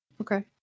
Okay